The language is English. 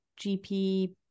gp